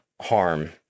harm